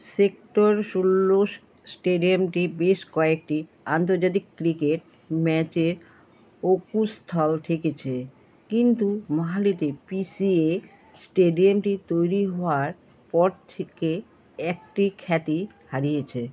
sector ষোলো স্টেডিয়ামটি বেশ কয়েকটি আন্তর্জাতিক ক্রিকেট ম্যাচের অকুস্থল থেকেছে কিন্তু মহালিটির পিসিএ স্টেডিয়ামটি তৈরি হওয়ার পর থেকে একটি খ্যাতি হারিয়েছে